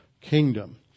kingdom